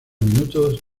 minutos